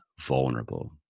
vulnerable